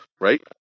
right